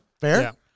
Fair